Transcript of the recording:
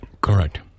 Correct